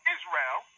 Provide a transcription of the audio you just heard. Israel